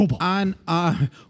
on